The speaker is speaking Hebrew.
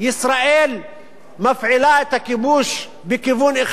ישראל מפעילה את הכיבוש בכיוון אחד,